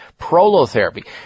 prolotherapy